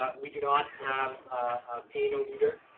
ah we do not have painometer.